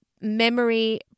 memory